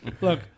Look